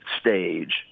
stage